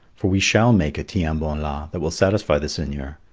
for we shall make a tiens-bon-la that will satisfy the seigneur.